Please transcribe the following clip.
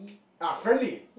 act friendly